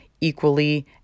equally